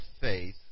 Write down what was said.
faith